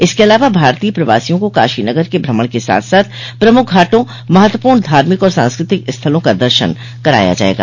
इसके अलावा भारतीय प्रवासियों को काशी नगर क भ्रमण के साथ साथ प्रमुख घाटों महत्वपूर्ण धार्मिक और सांस्कृतिक स्थलों का दर्शन कराया जायेगा